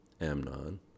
Amnon